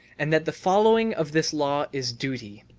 and that the following of this law is duty.